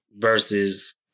versus